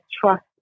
trust